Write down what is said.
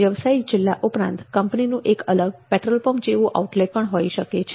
વ્યવસાયિક જિલ્લા ઉપરાંત કંપનીનું એક અલગ પેટ્રોલ પંપ જેવુ આઉટલેટ પણ હોઈ શકે છે